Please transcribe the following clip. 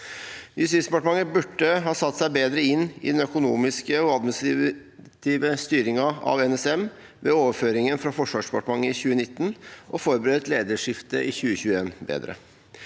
Justisdepartementet burde ha satt seg bedre inn i den økonomiske og administrative styringen av NSM ved overføringen fra Forsvarsdepartementet i 2019 og forberedt lederskiftet i 2021 bedre.